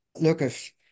Lucas